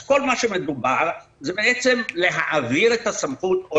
כל מה שמדובר זה בעצם להעביר את הסמכות או